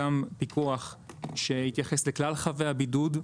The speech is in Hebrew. גם פיקוח שהתייחס לכלל חבי הבידוד.